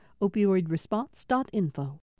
Opioidresponse.info